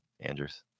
Andrews